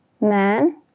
man